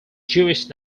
jewish